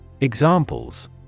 Examples